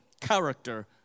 character